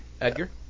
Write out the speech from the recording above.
Edgar